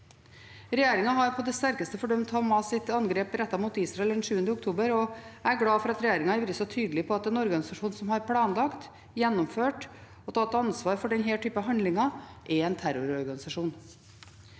Regjeringen har på det sterkeste fordømt Hamas’ angrep rettet mot Israel den 7. oktober, og jeg er glad for at regjeringen har vært så tydelig på at en organisasjon som har planlagt, gjennomført og tatt ansvar for denne typen handlinger, er en terrororganisasjon.